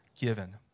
given